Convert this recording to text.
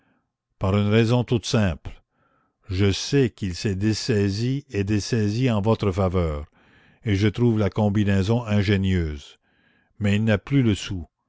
par une raison toute simple je sais qu'il s'est dessaisi et dessaisi en votre faveur et je trouve la combinaison ingénieuse mais il n'a plus le sou